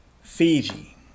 Fiji